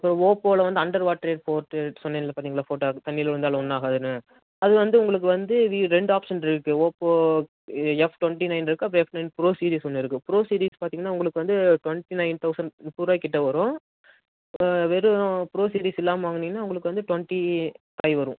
அப்புறம் ஓப்போவில் வந்து அண்டர் வாட்டர் போர்ட்ரேட் சொன்னேன்ல பார்த்தீங்களா போட்டால் தண்ணியில் விழுந்தாலும் ஒன்றும் ஆகாதுன்னு அது வந்து உங்களுக்கு வந்து வி ரெண்டு ஆப்ஷன் இருக்குது ஓப்போ எஃப் டொன்ட்டி நைன் இருக்குது அப்போ எஃப் நைன் ப்ரோ சீரீஸ் ஒன்று இருக்குது ப்ரோ சீரீஸ் பார்த்தீங்கன்னா உங்களுக்கு வந்து டுவெண்ட்டி நைன் தௌசண்ட் முப்பதுருபாய் கிட்டே வரும் வெறும் ப்ரோ சீரீஸ் இல்லாமல் வாங்குனீங்கன்னா உங்களுக்கு வந்து டுவெண்ட்டி ஃபைவ் வரும்